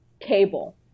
Cable